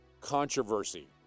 controversy